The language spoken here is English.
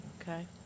Okay